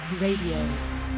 Radio